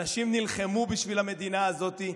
אנשים נלחמו בשביל המדינה הזאת,